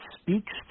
speaks